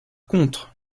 contre